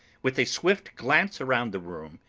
with a swift glance around the room,